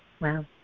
Wow